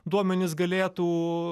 duomenis galėtų